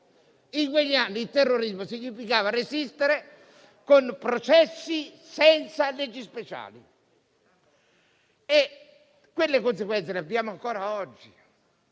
in quegli anni, significava resistere con processi senza leggi speciali, e quelle conseguenze le abbiamo ancora oggi.